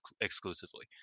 exclusively